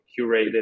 curated